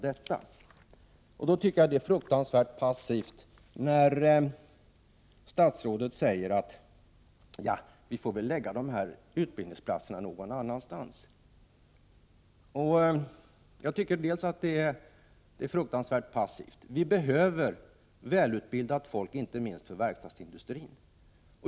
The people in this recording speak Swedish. Då tycker jag att det är fruktansvärt passivt när statsrådet säger: Ja, vi får väl lägga dessa utbildningsplatser någon annanstans. Vi behöver välutbildat folk inte minst för verkstadsindustrin.